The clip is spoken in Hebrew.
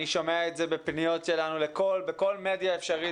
אני שומע את זה בפניות אלינו בכל מדיה אפשרית,